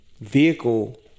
vehicle